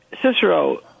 Cicero